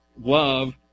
love